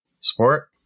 Sport